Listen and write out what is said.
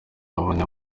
babonye